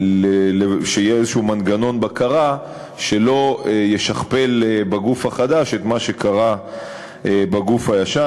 שיהיה איזשהו מנגנון בקרה שלא ישכפל בגוף החדש את מה שקרה בגוף הישן.